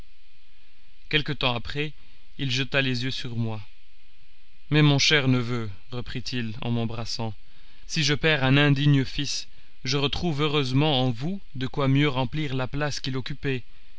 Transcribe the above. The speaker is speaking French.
quelque temps après il jeta les yeux sur moi mais mon cher neveu reprit-il en m'embrassant si je perds un indigne fils je retrouve heureusement en vous de quoi mieux remplir la place qu'il occupait